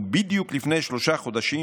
ובדיוק לפני שלושה חודשים,